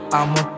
I'ma